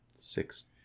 Six